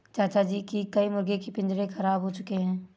चाचा जी के कई मुर्गी के पिंजरे खराब हो चुके हैं